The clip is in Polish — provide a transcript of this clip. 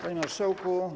Panie Marszałku!